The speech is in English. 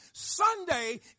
Sunday